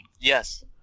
Yes